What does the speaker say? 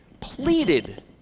pleaded